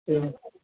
പിന്നെ